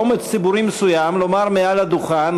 האומץ הציבורי המסוים לומר מעל הדוכן,